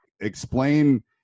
explain